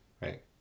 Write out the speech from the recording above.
right